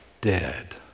dead